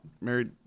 Married